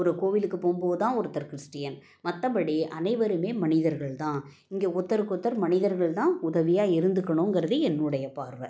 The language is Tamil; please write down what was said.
ஒரு கோவிலுக்குப் போகும்போது தான் ஒருத்தர் கிறிஸ்டியன் மற்றபடி அனைவருமே மனிதர்கள் தான் இங்கே ஒர்த்தருக்கு ஒர்த்தர் மனிதர்கள் தான் உதவியாக இருந்துக்கணுங்கறது என்னுடைய பார்வை